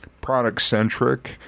product-centric